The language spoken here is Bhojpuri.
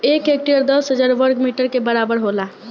एक हेक्टेयर दस हजार वर्ग मीटर के बराबर होला